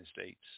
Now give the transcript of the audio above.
States